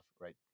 right